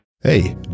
Hey